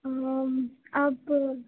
आप कौन